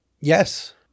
Yes